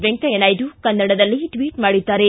ವೆಂಕಯ್ಯನಾಯ್ಡು ಕನ್ನಡದಲ್ಲೆ ಟ್ವಿಟ್ ಮಾಡಿದ್ದಾರೆ